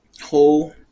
whole